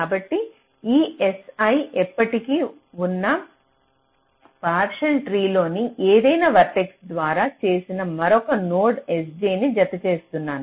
కాబట్టి ఈ si ఇప్పటికే ఉన్న పార్సల్ ట్రీ లోని ఏదైనా వర్టెక్స్ ద్వారా చేసి మరొక నోడ్ sj ని జతచేస్తున్నాను